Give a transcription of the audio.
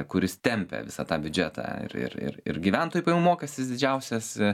kuris tempia visą tą biudžetą ir ir ir ir gyventojų pajamų mokestis didžiausias